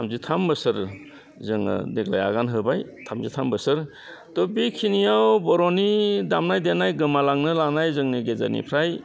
थामजि थाम बोसोर जोङो देग्लाय आगान होबाय थामजि थाम बोसोर थ' बेखिनियाव बर'नि दामनाय देनाय गोमालांनो लानाय जोंनि गेजेरनिफ्राय